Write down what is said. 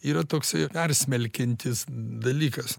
yra toksai persmelkiantis dalykas